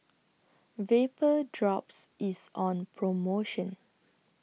Vapodrops IS on promotion